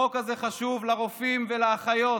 החוק הזה חשוב לרופאים ולאחיות.